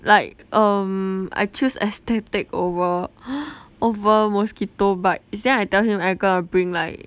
like um I choose aesthetic over over mosquito bite is then I tell him I'm gonna bring like